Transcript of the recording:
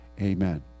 amen